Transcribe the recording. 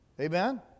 Amen